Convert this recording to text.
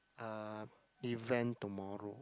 uh event tomorrow